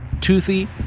toothy